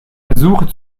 suche